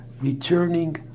returning